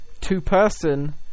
two-person